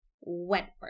Wentworth